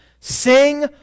Sing